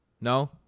No